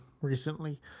recently